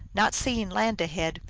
not seeing land ahead,